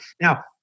Now